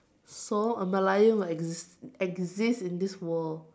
so a Merlion will exist exist in this world